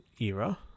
era